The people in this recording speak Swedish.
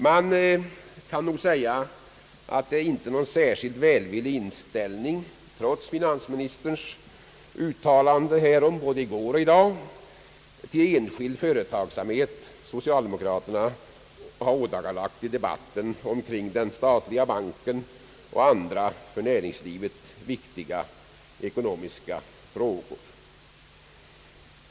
Man kan nog — trots finansministerns uttalande härom både i går och i dag — säga att det inte är någon särskilt välvillig inställning till enskild företagsamhet som socialdemokraterna har ådagalagt i debatten omkring den statliga banken och andra för näringslivet viktiga, ekonomiska frågor.